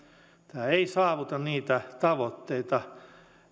tämä ei saavuta niitä tavoitteita